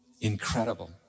Incredible